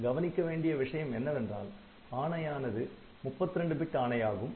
கவனிக்கவேண்டிய விஷயம் என்னவென்றால் ஆணையானது 32 பிட் ஆணையாகும்